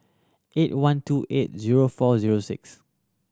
eight one two eight zero four zero six